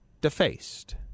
defaced